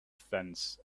fence